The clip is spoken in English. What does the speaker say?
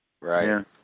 Right